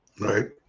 right